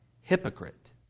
Hypocrite